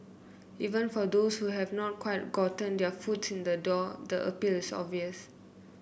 even for those who have not quite gotten their foot in the door the appeal is obvious